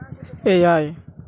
ᱮᱭᱟᱭ